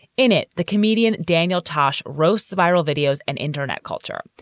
in it, the comedian daniel tosh roasts viral videos and internet culture.